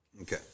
Okay